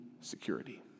security